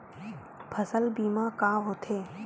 फसल बीमा का होथे?